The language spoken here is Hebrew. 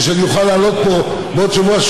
כדי שאני אוכל לעלות פה בעוד שבוע,